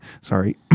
sorry